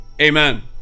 Amen